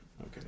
Okay